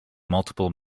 multiple